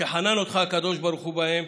שחנן אותך הקדוש ברוך בהן,